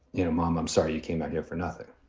you know, mom, i'm sorry you came out here for nothing,